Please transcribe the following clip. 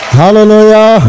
hallelujah